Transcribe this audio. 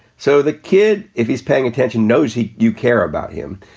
so the kid, if he's paying attention, knows he you care about him.